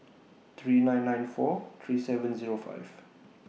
three nine nine four three seven Zero five